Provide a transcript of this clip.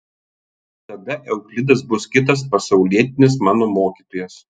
tada euklidas bus kitas pasaulietinis mano mokytojas